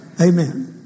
Amen